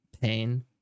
pain